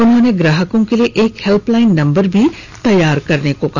उन्होंने ग्राहकों के लिए एक हेल्पलाइन नम्बर भी तैयार करने को कहा